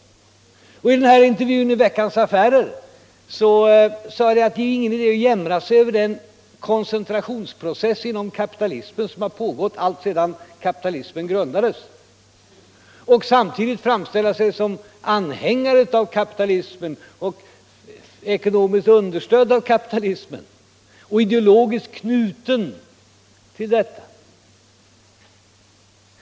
I den här nämnda intervjun i Veckans Affärer sade jag att det är ingen idé att jämra sig över den koncentrationsprocess inom kapitalismen som har pågått alltsedan kapitalismen grundades, och samtidigt framställa sig som anhängare av kapitalismen, vara ekonomiskt understödd av kapitalismen och ideologiskt knuten till detta system.